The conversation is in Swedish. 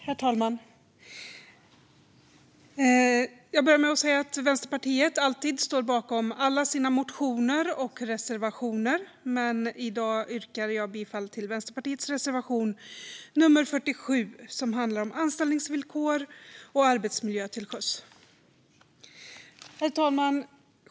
Herr talman! Vänsterpartiet står alltid bakom alla sina motioner och reservationer, men i dag yrkar jag bifall till reservation 47, som handlar om anställningsvillkor och arbetsmiljö till sjöss. Herr talman!